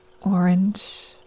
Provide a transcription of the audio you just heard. orange